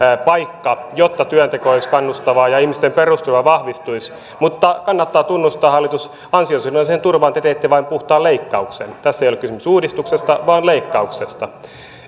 paikka jotta työnteko olisi kannustavaa ja ihmisten perusturva vahvistuisi mutta kannattaa tunnustaa hallitus ansiosidonnaiseen turvaan te teette vain puhtaan leikkauksen tässä ei ole kysymys uudistuksesta vaan leikkauksesta